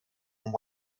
and